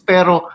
Pero